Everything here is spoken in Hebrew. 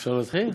אפשר להתחיל?